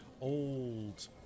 old